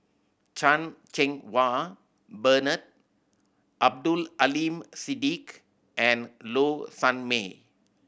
Chan Cheng Wah Bernard Abdul Aleem Siddique and Low Sanmay